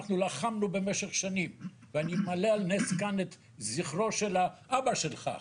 אנחנו לחמנו במשך שנים ואני מעלה על נס כאן את זכרו של האבא שלך,